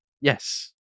yes